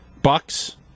Bucks